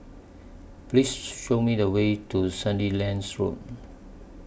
Please Show Me The Way to Sandilands Road